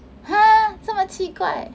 !huh! 这么奇怪